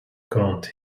county